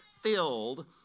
filled